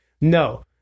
No